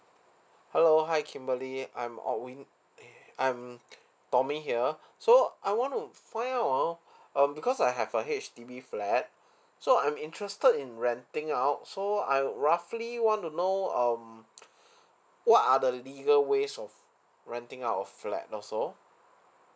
hello hi kimberly I'm alvin eh I'm tommy here so I want to find out ah uh because I have a H_D_B flat so I'm interested in renting out so I roughly want to know um what are the legal ways of renting out a flat also